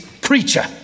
creature